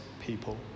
people